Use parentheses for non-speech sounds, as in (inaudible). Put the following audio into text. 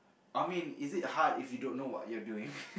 I mean is it hard if you don't know what you're doing (laughs)